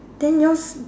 then yours